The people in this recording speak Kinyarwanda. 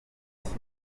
sindi